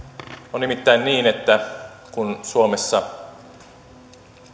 on nimittäin niin että kun suomessa